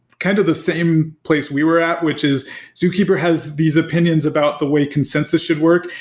kind of the same place we were at, which is zookeeper has these opinions about the way consensus should work.